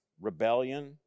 rebellion